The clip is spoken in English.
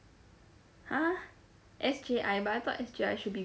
!huh! S_J_I but I thought S_J_I should be